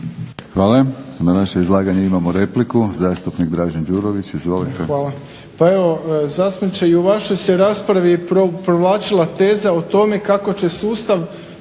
Hvala. Na naše izlaganje imamo repliku, zastupnik Dražen Đurović. Izvolite.